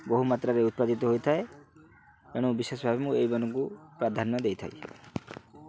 ବହୁ ମାତ୍ରାରେ ଉତ୍ପାଦିତ ହୋଇଥାଏ ଏଣୁ ବିଶେଷ ଭାବେ ମୁଁ ଏଇମାନଙ୍କୁ ପ୍ରାଧାନ୍ୟ ଦେଇଥାଏ